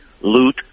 loot